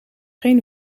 geen